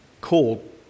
called